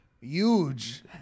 huge